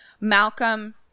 Malcolm